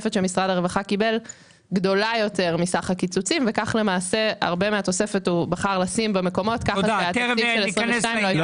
האתגר שלנו בשנים הקרובות הוא לשפר את מצבם של שורדי השואה כמה